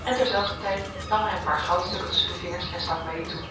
en terzelfder tijd nam hij een paar goudstukken tusschen de vingers en stak mij die toe